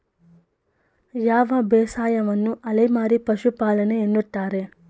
ಯಾವ ಬೇಸಾಯವನ್ನು ಅಲೆಮಾರಿ ಪಶುಪಾಲನೆ ಎನ್ನುತ್ತಾರೆ?